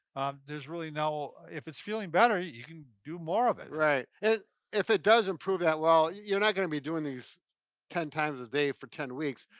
there's really no, if it's feeling better, you you can do more of it. right, and if it does improve that well, you're not gonna be doing these ten times a day for ten weeks.